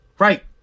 Right